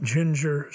Ginger